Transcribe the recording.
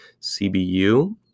CBU